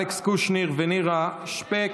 אלכס קושניר ונירה שפק.